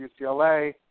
UCLA